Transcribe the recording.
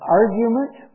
argument